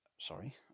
Sorry